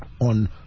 on